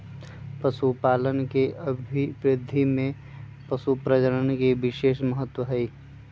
पशुपालन के अभिवृद्धि में पशुप्रजनन के विशेष महत्त्व हई